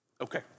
Okay